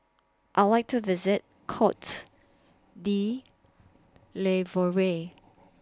I Would like to visit Cote D'Ivoire